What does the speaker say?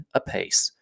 apace